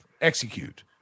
execute